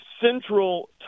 central